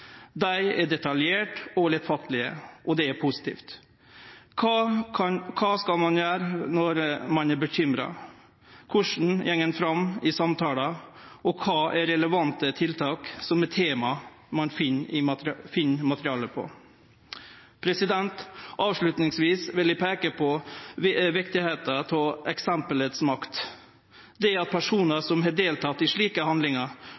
Dei er detaljerte og lettfattelege, og det er positivt. Kva ein skal gjere når ein er bekymra, korleis ein går fram i samtalar, og kva som er relevante tiltak, er tema ein finn materiale om. Til sist vil eg peike på viktigheita av eksempelets makt. Det at personar som har delteke i slike handlingar,